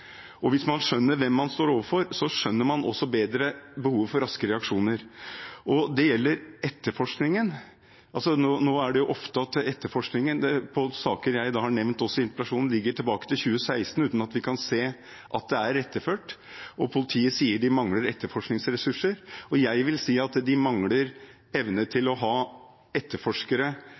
Hvis man skjønner hvem man står overfor, skjønner man også bedre behovet for raske reaksjoner. Det gjelder etterforskningen. Nå er det ofte at etterforskningen av saker jeg har nevnt også i interpellasjonen, skjedde tilbake i 2016, uten at vi kan se at de er iretteført. Politiet sier de mangler etterforskningsressurser, og jeg vil si at de mangler evne til å ha etterforskere